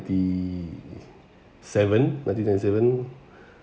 the seven ninety time seven